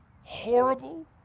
horrible